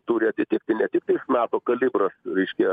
turi atitikti ne tiktais nato kalibras reiškia